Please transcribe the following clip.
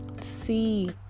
see